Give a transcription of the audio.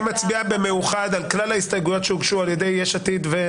אני מצביע במאוחד על כלל ההסתייגויות שהוגשו על ידי יש עתיד.